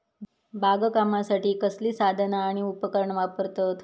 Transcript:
बागकामासाठी कसली साधना आणि उपकरणा वापरतत?